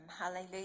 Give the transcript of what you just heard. Hallelujah